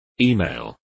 Email